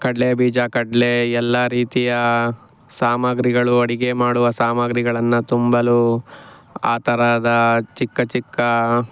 ಕಡ್ಲೆ ಬೀಜ ಕಡ್ಲೆ ಎಲ್ಲ ರೀತಿಯ ಸಾಮಾಗ್ರಿಗಳು ಅಡುಗೆ ಮಾಡುವ ಸಾಮಾಗ್ರಿಗಳನ್ನು ತುಂಬಲು ಆ ಥರದ ಚಿಕ್ಕ ಚಿಕ್ಕ